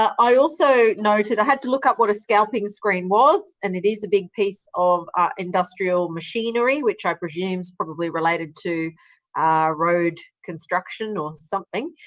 i also noted i had to look up what a scalping screen was and it is a big piece of industrial machinery which i presume is probably related to road construction or something.